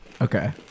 Okay